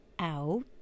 out